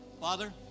Father